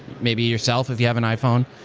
maybe yourself if you have an iphone.